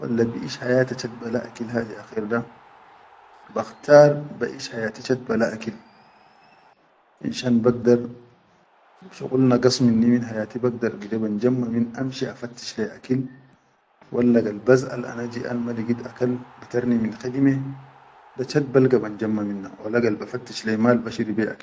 walla biʼish hayata chat bale akil hadi akher da, bakhtar baʼish hayati chat ba le akil finshan bagdar shuqul na gas minni min hayati bagdar gide banjamma min amshi a fattish le yi akil walla gal bazʼal ana jiʼan ma ligit akal batar ni min khidime da chat balga ban jamma minna wala gal ba fattish le yi mal ba shiri beya.